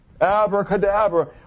abracadabra